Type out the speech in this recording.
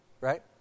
Right